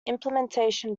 implementation